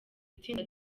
itsinda